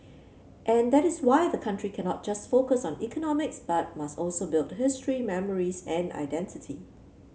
and that is why the country cannot just focus on economics but must also build history memories and identity